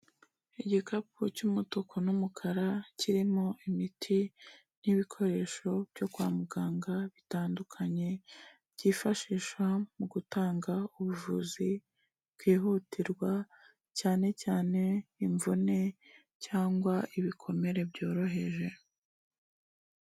Igikapu cy'umutuku n'umukara, kirimo imiti n'ibikoresho byo kwa muganga bitandukanye, byifashisha mu gutanga ubuvuzi bwihutirwa cyane cyane imvune cyangwa ibikomere byoroheje.